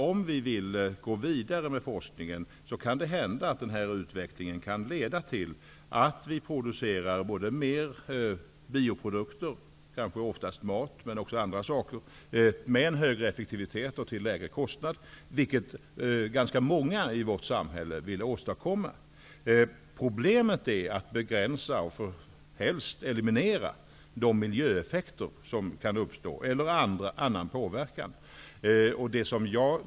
Om vi vill gå vidare med forskningen kan det hända att den här utvecklingen leder till att vi producerar mera bioprodukter -- framför allt mat men även andra produkter -- med högre effektivitet och till lägre kostnad. Detta är något som ganska många i vårt samhälle vill åstadkomma. Problemet är att begränsa och helst eliminera de miljöeffekter eller annan påverkan som kan uppstå.